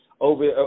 over